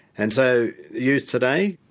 and so youth today,